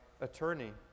attorney